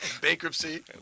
Bankruptcy